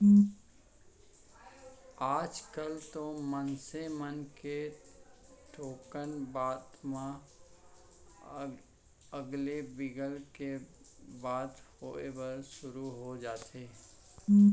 आजकल तो मनसे मन के थोकन बात म अलगे बिलग के बात होय बर सुरू हो जाथे